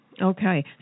Okay